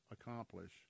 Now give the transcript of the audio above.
accomplish